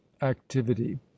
activity